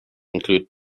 include